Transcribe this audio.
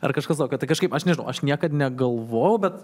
ar kažkas tokio tai kažkaip aš nežinau aš niekad negalvojau bet